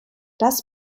das